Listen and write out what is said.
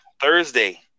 Thursday